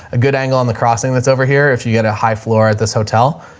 a good angle on the crossing that's over here. if you get a high floor at this hotel,